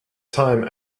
time